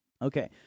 Okay